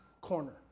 corner